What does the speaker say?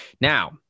now